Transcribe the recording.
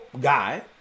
guy